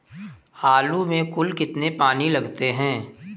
आलू में कुल कितने पानी लगते हैं?